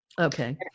Okay